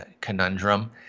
conundrum